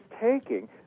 taking